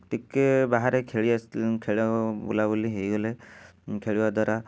ଟିକିଏ ବାହାରେ ଖେଳି ଆସି ଖେଳ ବୁଲାବୁଲି ହେଇଗଲେ ଖେଳିବା ଦ୍ଵାରା